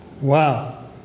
Wow